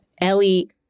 ellie